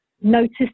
notice